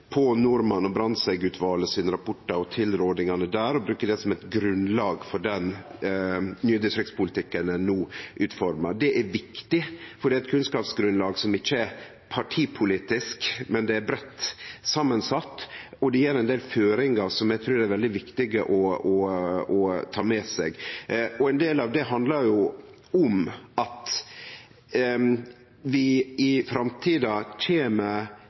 på Norman- og Brandtzæg-utvalet sine rapportar og tilrådingane der og bruke det som eit grunnlag for den nye distriktspolitikken ein no utformar. Det er viktig, for det er eit kunnskapsgrunnlag som ikkje er partipolitisk, men det er breitt samansett, og det gjev ein del føringar eg trur er veldig viktige å ta med seg. Ein del av det handlar om at folk i framtida kjem